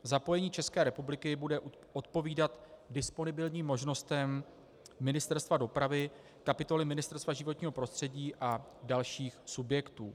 Zapojení České republiky bude odpovídat disponibilním možnostem Ministerstva dopravy, kapitoly Ministerstva životního prostředí a dalších subjektů.